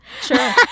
Sure